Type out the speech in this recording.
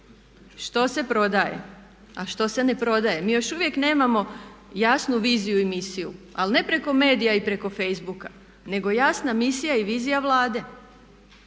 što se prodaje, a što se ne prodaje. Mi još uvijek nemamo jasnu viziju i misiju, ali ne preko medija i preko Facebooka, nego jasna misija i vizija Vlade.